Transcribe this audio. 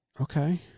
Okay